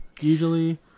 usually